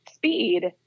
speed